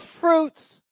fruits